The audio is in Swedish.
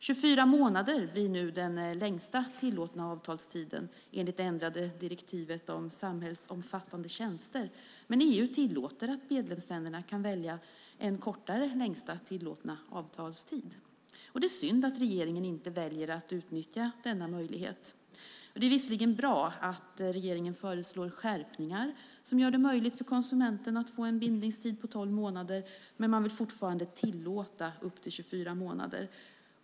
24 månader blir nu den längsta tillåtna avtalstiden, enligt det ändrade direktivet om samhällsomfattande tjänster. Men EU tillåter att medlemsländerna kan välja en kortare längsta tillåtna avtalstid. Det är synd att regeringen väljer att inte utnyttja denna möjlighet. Det är visserligen bra att regeringen föreslår skärpningar som gör det möjligt för konsumenten att få en bindningstid på 12 månader. Men man vill fortfarande tillåta upp till 24 månader.